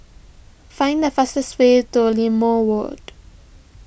find the fastest way to Limau Ward